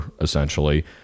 essentially